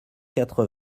quatre